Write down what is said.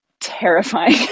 terrifying